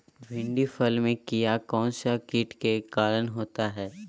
भिंडी फल में किया कौन सा किट के कारण होता है?